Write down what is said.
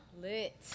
lit